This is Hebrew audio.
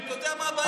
אתה יודע מה הבעיה?